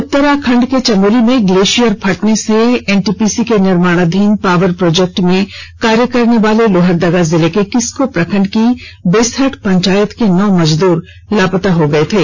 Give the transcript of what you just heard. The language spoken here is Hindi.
उत्तराखंड के चमोली में ग्लेशियर फटने से एनटीपीसी के निर्माणाधीन पावर प्रोजेक्ट में कार्य करने वाले लोहरदगा जिले के किस्को प्रखंड़ की बेसहठ पंचायत के नौ मजदूर लापता हो गए थे